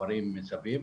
בכפרים מסביב.